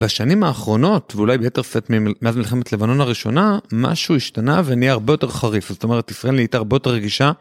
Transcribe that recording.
בשנים האחרונות, ואולי ביתר שאת מאז מלחמת לבנון הראשונה, משהו השתנה ונהיה הרבה יותר חריף, זאת אומרת ישראל נהייתה הרבה יותר רגישה.